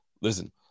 listen